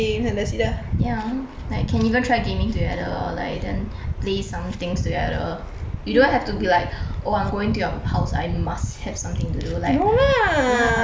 ya like can even try gaming together or like then play some things together you don't have to be like oh I'm going to your house I must have something to do like yeah